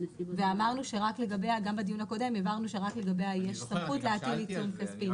גם בדיון הקודם הבהרנו שרק לגביה יש סמכות להטיל עיצום כספי.